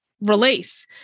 release